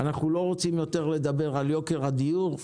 אנו לא רוצים יותר לדבר על יוקר הדיור.